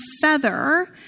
feather